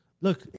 Look